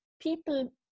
people